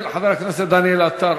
חבר הכנסת דניאל עטר,